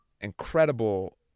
incredible